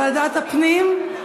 ועדת הפנים.